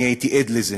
אני הייתי עד לזה,